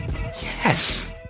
Yes